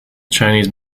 chinese